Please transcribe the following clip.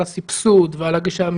על הסבסוד ועל הגישה,